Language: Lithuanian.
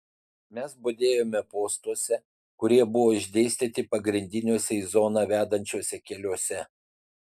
mes budėjome postuose kurie buvo išdėstyti pagrindiniuose į zoną vedančiuose keliuose